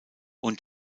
und